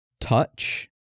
touch